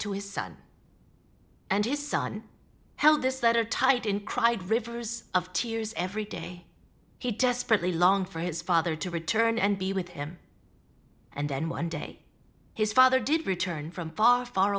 to his son and his son held this letter tight in cried rivers of tears every day he desperately long for his father to return and be with him and then one day his father did return from far far